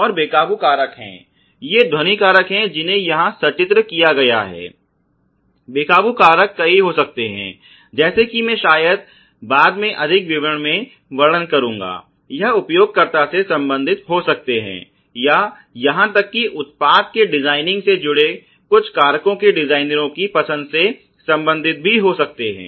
और बेकाबू कारक हैं ये ध्वनि कारक जिन्हे यहाँ सचित्र किया गया है बेकाबू कारक कई हो सकते हैं जैसे कि मैं शायद बाद में अधिक विवरण में वर्णन करूंगा यह उपयोगकर्ता से संबंधित हो सकते है या यहां तक कि उत्पाद के डिजाइनिंग से जुड़े कुछ कारकों के डिजाइनरों की पसंद से संबंधित भी हो सकते है